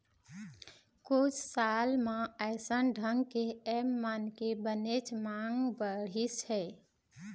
कुछ साल म अइसन ढंग के ऐप मन के बनेच मांग बढ़िस हे